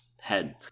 head